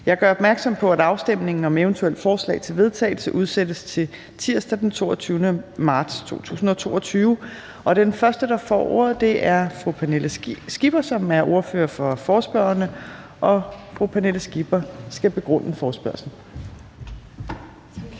Jeg gør opmærksom på, at afstemning om eventuelle forslag til vedtagelse udsættes til tirsdag den 22. marts 2022. Den første, der får ordet, er fru Pernille Skipper, som er ordfører for forespørgerne, og fru Pernille Skipper skal begrunde forespørgslen. Kl.